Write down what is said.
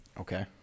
okay